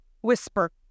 whisper